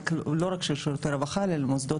לא רק של שירותי הרווחה אלא של מוסדות